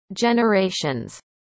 generations